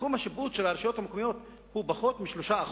תחום השיפוט של הרשויות המקומיות הוא פחות מ-3%.